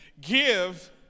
give